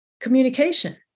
communication